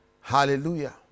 Hallelujah